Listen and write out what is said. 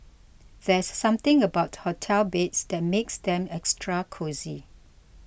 there's something about hotel beds that makes them extra cosy